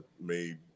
made